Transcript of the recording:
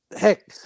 Heck